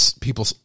people